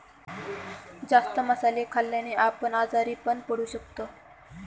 जास्त मसाले खाल्ल्याने आपण आजारी पण पडू शकतो